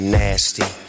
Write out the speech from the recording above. nasty